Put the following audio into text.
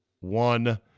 one